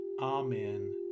Amen